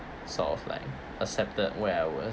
sort of like accepted where I was